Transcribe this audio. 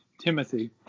Timothy